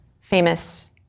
famous